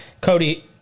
Cody